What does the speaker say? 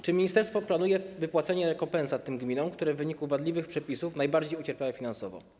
Czy ministerstwo planuje wypłacenie rekompensat tym gminom, które w wyniku wadliwych przepisów najbardziej ucierpiały finansowo?